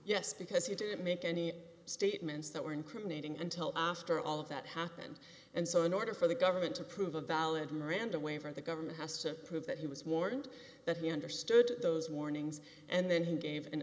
yes because he didn't make any statements that were incriminating until after all of that happened and so in order for the government to prove a valid miranda way for the government has to prove that he was warned that he understood those warnings and then he gave an